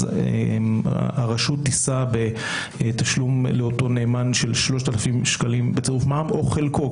אז הרשות תישא בתשלום לאותו נאמן של 3,000 שקלים בצרוף מע"מ או חלקו,